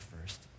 first